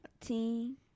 team